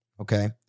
Okay